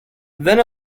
then